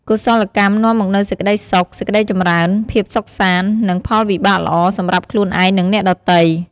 កុសលកម្មនាំមកនូវសេចក្តីសុខ សេចក្តីចម្រើន ភាពសុខសាន្ត និងផលវិបាកល្អសម្រាប់ខ្លួនឯង និងអ្នកដទៃ។